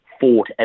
fought